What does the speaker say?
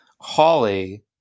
Holly